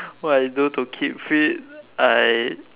what I do to keep fit I